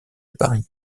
paris